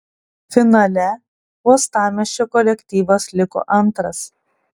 finale uostamiesčio kolektyvas liko antras